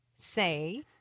say